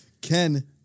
Ken